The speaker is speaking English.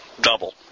double